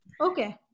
Okay